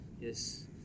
Yes